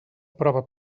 prova